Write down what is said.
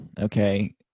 okay